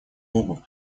богу